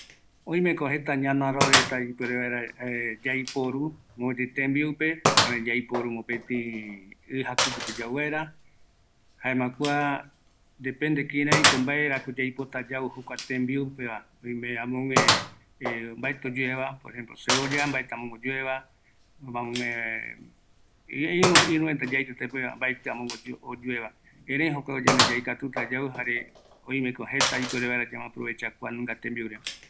Oimeko jeta ñana rooreta yaitɨ yau tembiupeva, oyɨmbae, ani oyɨgue, amogue mbaeti oyue ñana rooreta, erei oime jeta ömee vaera yandeve mɨräta, jaema ikavi yaeko yau, jukuraï yanderete ikavi vaera